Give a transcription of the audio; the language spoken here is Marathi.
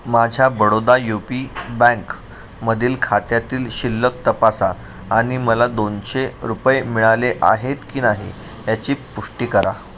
माझ्या बडोदा यू पी बँक मधील खात्यातील शिल्लक तपासा आणि मला दोनशे रुपये मिळाले आहेत की नाही याची पुष्टी करा